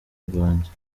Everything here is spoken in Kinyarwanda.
rwanjye